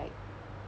like